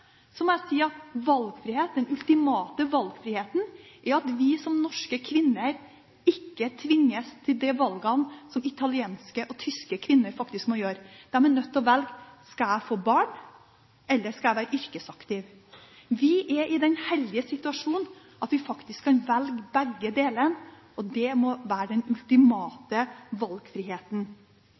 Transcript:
Så reises det en debatt om hva som er valgfrihet. Er det slik at den viktigste valgfriheten er det at man velger mellom to omsorgsløsninger? For meg som sosialdemokrat er den ultimate valgfriheten det at vi som norske kvinner ikke tvinges til å gjøre de valgene som italienske og tyske kvinner faktisk må gjøre. De er nødt til å velge – skal jeg få barn, eller skal jeg være yrkesaktiv? Vi er i